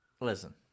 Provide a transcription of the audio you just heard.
Listen